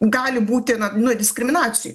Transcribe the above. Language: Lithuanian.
gali būti na nu diskriminacių